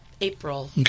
April